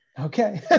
Okay